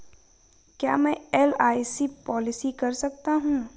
क्या मैं LIC policy कर सकता हूं?